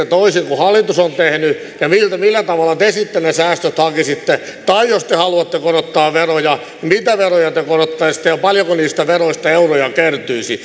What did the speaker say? toisin kuin hallitus on tehnyt ja millä tavalla te sitten ne säästöt hakisitte tai jos te haluatte korottaa veroja mitä veroja te korottaisitte ja paljonko niistä veroista euroja kertyisi